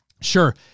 Sure